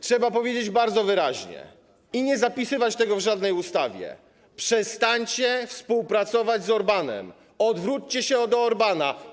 Trzeba powiedzieć bardzo wyraźnie i nie zapisywać tego w żadnej ustawie: przestańcie współpracować z Orbánem, odwróćcie się od Orbána.